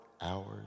hours